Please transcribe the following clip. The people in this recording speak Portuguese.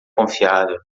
confiável